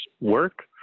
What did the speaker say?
work